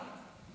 למה?